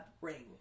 Ring